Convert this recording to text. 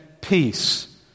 peace